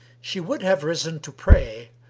she would have risen to pray,